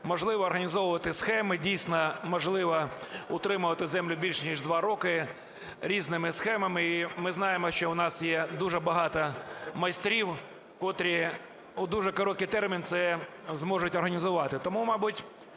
можливо організовувати схеми, дійсно, можливо утримувати землю більше ніж 2 роки різними схемами. І ми знаємо, що у нас є дуже багато майстрів, котрі у дуже короткий термін це зможуть організувати.